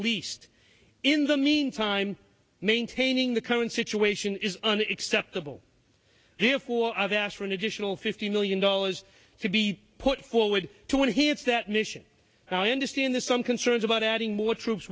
least in the meantime maintaining the current situation is an acceptable deal for i've asked for an additional fifty million dollars to be put forward to enhance that mission and i understand there's some concerns about adding more troops